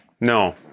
No